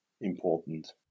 important